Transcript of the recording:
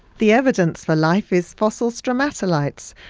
the evidence for life is fossil stromatolites,